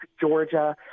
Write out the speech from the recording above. Georgia